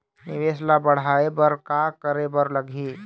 निवेश ला बड़हाए बर का करे बर लगही?